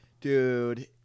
Dude